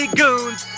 goons